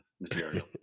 material